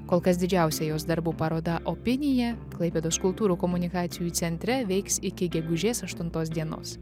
kol kas didžiausia jos darbų paroda opinija klaipėdos kultūrų komunikacijų centre veiks iki gegužės aštuntos dienos